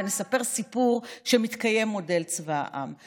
ונספר סיפור שמתקיים מודל צבא העם.